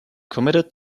committed